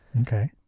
Okay